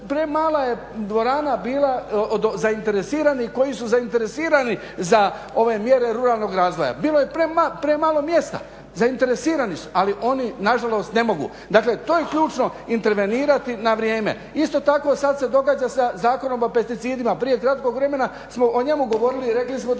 premala je dvorana bila zainteresiranih koji su zainteresirani za ove mjere ruralnog razvoja. Bilo je premalo mjesta, zainteresirani su ali oni nažalost ne mogu. Dakle, to je ključno intervenirati na vrijeme. Isto tako sad se događa sa Zakonom o pesticidima prije kratkog vremena smo o njemu govorili i rekli smo da